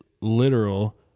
literal